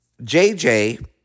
JJ